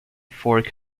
fork